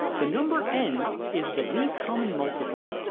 the number n is the least common multiple,